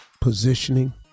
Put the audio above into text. positioning